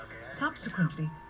Subsequently